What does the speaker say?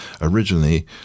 originally